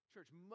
Church